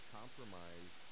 compromise